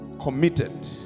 committed